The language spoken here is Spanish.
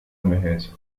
emergencia